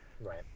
Right